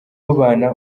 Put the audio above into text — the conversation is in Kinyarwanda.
babana